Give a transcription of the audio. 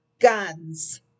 guns